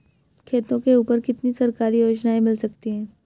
खेतों के ऊपर कितनी सरकारी योजनाएं मिल सकती हैं?